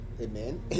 Amen